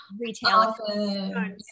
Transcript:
retail